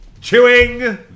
Chewing